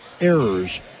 errors